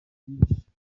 byinshi